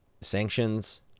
Sanctions